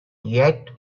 yet